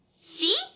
See